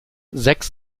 sechs